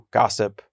gossip